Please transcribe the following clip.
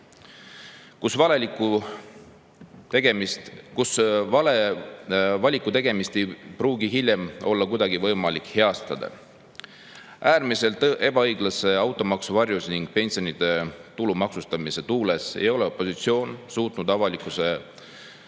vale valiku tegemist ei pruugi hiljem olla kuidagi võimalik heastada. Äärmiselt ebaõiglase automaksu varjus ning pensionide tulumaksustamise tuules ei ole opositsioon suutnud juhtida